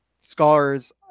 scholars